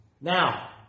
now